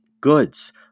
goods